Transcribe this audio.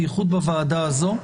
בייחוד בוועדה הזאת,